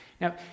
Now